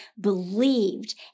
believed